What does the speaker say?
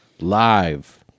live